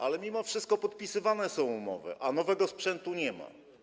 Ale mimo wszystko podpisywane są umowy, a nowego sprzętu nie ma.